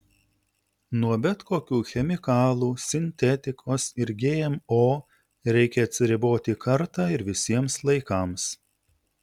nuo bet kokių chemikalų sintetikos ir gmo reikia atsiriboti kartą ir visiems laikams